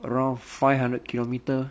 around five hundred kilometre